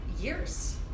years